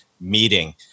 meeting